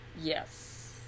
Yes